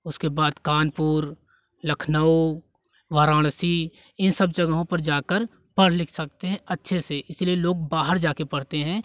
उसके बाद कानपुर लखनऊ वाराणसी इन सब जगहों पर जाकर पढ़ लिख सकते हैं अच्छे से इसलिए लोग बाहर जा के पढ़ते हैं